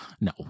No